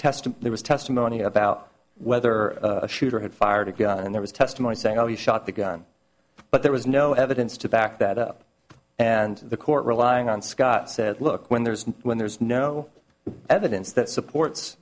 test there was testimony about whether a shooter had fired a gun and there was testimony saying oh he shot the gun but there was no evidence to back that up and the court relying on scott said look when there's when there's no evidence that support